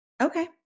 Okay